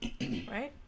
Right